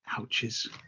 Ouches